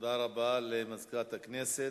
תודה רבה למזכירת הכנסת.